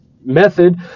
method